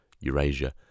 Eurasia